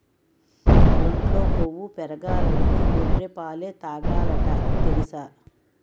ఒంట్లో కొవ్వు పెరగాలంటే గొర్రె పాలే తాగాలట తెలుసా?